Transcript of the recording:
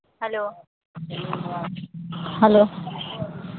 hello hello